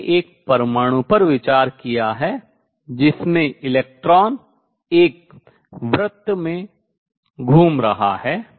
मैंने एक परमाणु पर विचार किया है जिसमें इलेक्ट्रॉन एक circle वृत्त में घूम रहा है